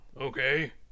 okay